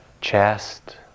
chest